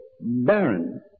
barren